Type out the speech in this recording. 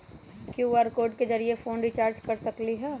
QR code के जरिय phone recharge कर सकली ह?